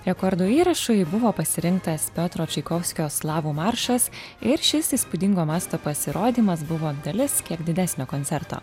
rekordų įrašui buvo pasirinktas piotro čaikovskio slavų maršas ir šis įspūdingo masto pasirodymas buvo dalis kiek didesnio koncerto